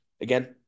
again